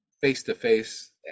face-to-face